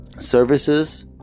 Services